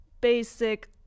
basic